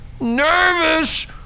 nervous